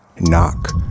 knock